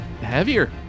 heavier